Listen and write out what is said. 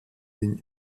den